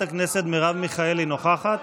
חברת הכנסת מרב מיכאלי, נוכחת?